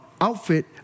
outfit